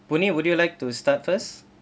boon hee would you like to start first